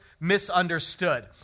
misunderstood